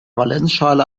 valenzschale